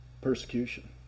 persecution